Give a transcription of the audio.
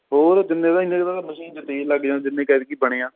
ਹੋਰ ਜਿੰਨੇ ਤਾਂ ਇੰਨੇ ਕੁ ਤਾਂ ਮਸ਼ੀਨ 'ਚ ਤੇਲ ਲੱਗ ਜਾਂਦਾ ਜਿੰਨੇ ਕੁ ਐਤਕੀ ਬਣੇ ਆ